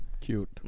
cute